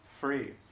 free